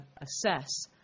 assess